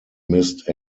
missed